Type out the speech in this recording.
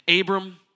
Abram